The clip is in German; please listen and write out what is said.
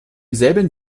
selben